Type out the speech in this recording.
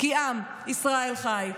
כי עם ישראל חי.